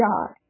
God